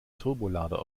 turbolader